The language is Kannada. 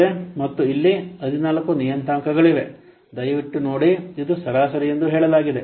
ಮತ್ತು ಇಲ್ಲಿ 14 ನಿಯತಾಂಕಗಳಿವೆ ದಯವಿಟ್ಟು ನೋಡಿ ಇದು ಸರಾಸರಿ ಎಂದು ಹೇಳಲಾಗಿದೆ